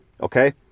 okay